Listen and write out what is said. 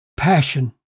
Passion